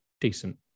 decent